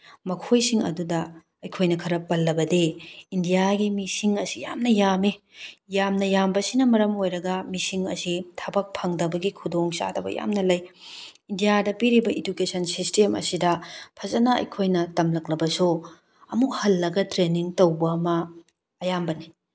ꯃꯈꯣꯏꯁꯤꯡ ꯑꯗꯨꯗ ꯑꯩꯈꯣꯏꯅ ꯈꯔ ꯄꯜꯂꯕꯗꯤ ꯏꯟꯗꯤꯌꯥꯒꯤ ꯃꯤꯁꯤꯡ ꯑꯁꯤ ꯌꯥꯝꯅ ꯌꯥꯝꯃꯤ ꯌꯥꯝꯅ ꯌꯥꯝꯕꯁꯤꯅ ꯃꯔꯝ ꯑꯣꯏꯔꯒ ꯃꯤꯁꯤꯡ ꯑꯁꯤ ꯊꯕꯛ ꯐꯪꯗꯕꯒꯤ ꯈꯨꯗꯣꯡꯆꯥꯗꯕ ꯌꯥꯝꯅ ꯂꯩ ꯏꯟꯗꯤꯌꯥꯗ ꯄꯤꯔꯤꯕ ꯏꯗꯨꯀꯦꯁꯟ ꯁꯤꯁꯇꯦꯝ ꯑꯁꯤꯗ ꯐꯖꯅ ꯑꯩꯈꯣꯏꯅ ꯇꯝꯂꯛꯂꯕꯁꯨ ꯑꯃꯨꯛ ꯍꯜꯂꯒ ꯇ꯭ꯔꯦꯅꯤꯡ ꯇꯧꯕ ꯑꯃ ꯑꯌꯥꯝꯕꯅꯤ